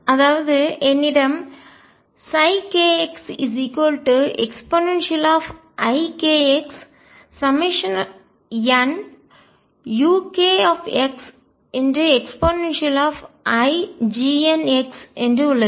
அதாவது என்னிடம் kxeikxnukxeiGnxஎன்று உள்ளது